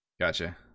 Gotcha